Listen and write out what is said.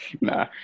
nah